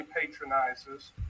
patronizes